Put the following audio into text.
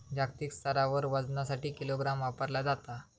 जागतिक स्तरावर वजनासाठी किलोग्राम वापरला जाता